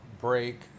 break